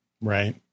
Right